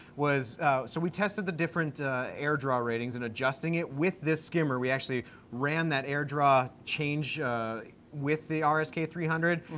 was so we tested the different air draw ratings, and adjusting it with this skimmer. we actually ran that air draw change with the ah rsk three hundred,